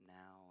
now